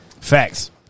Facts